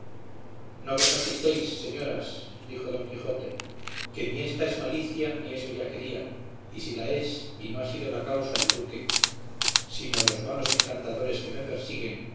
vos acuitéis señoras dijo don quijote que ni ésta es malicia ni es bellaquería y si la es y no ha sido la causa el duque sino los malos encantadores que me persiguen